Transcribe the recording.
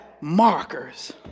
markers